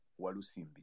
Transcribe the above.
Walusimbi